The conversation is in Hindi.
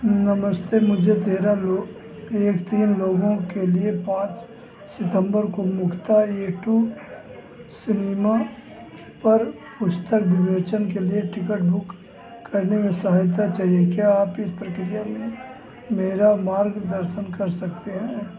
नमस्ते मुझे तेरह लोग एक तीन लोगों के लिए पाँच सितंबर को मुक्ता ए टू सिनेमा पर पुस्तक विमोचन के लिए टिकट बुक करने में सहायता चाहिए क्या आप इस प्रक्रिया में मेरा मार्गदर्शन कर सकते हैं